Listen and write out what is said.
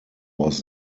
was